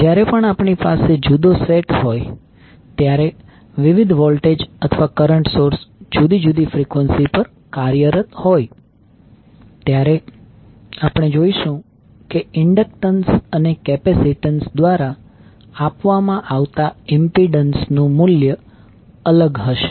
જ્યારે પણ આપણી પાસે જુદો સેટ હોય ત્યારે વિવિધ વોલ્ટેજ અથવા કરંટ સોર્સ જુદી જુદી ફ્રીક્વન્સી પર કાર્યરત હોય ત્યારે આપણે જોઇશું કે ઈન્ડક્ટન્સ અને કેપેસિટન્સ દ્વારા આપવામાં આવતા ઇમ્પિડન્સ નું મૂલ્ય અલગ હશે